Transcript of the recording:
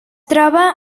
troba